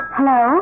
Hello